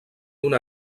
una